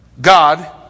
God